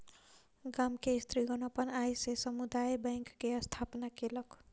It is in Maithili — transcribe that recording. गाम के स्त्रीगण अपन आय से समुदाय बैंक के स्थापना केलक